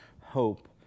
hope